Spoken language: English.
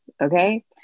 Okay